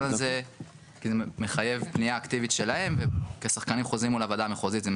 שזה עף מהשולחן של הוועדה המחוזית.